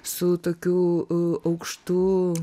su tokiu aukštu